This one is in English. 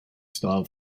style